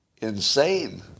insane